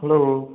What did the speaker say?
hello